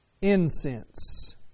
Incense